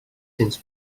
cents